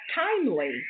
timely